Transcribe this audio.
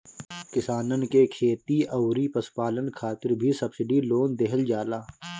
किसानन के खेती अउरी पशुपालन खातिर भी सब्सिडी लोन देहल जाला